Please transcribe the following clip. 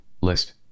List